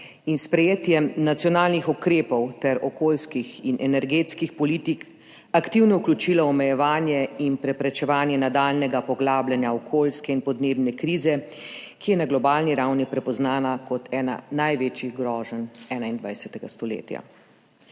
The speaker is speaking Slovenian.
in s sprejetjem nacionalnih ukrepov ter okoljskih in energetskih politik aktivno vključila v omejevanje in preprečevanje nadaljnjega poglabljanja okoljske in podnebne krize, ki je na globalni ravni prepoznana kot ena največjih groženj 21. stoletja.